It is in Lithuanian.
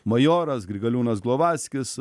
majoras grigaliūnas glovackis